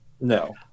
No